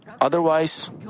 otherwise